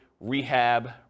rehab